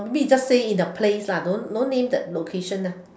maybe you just say in a place lah don't don't name the location ah